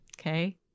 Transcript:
Okay